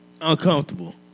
Uncomfortable